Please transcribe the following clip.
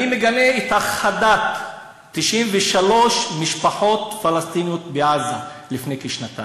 אני מגנה את הכחדת 93 משפחות פלסטיניות בעזה לפני כשנתיים.